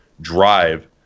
drive